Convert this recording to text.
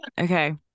okay